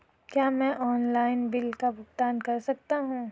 क्या मैं online bill का भुगतान कर सकता हूँ?